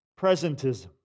Presentism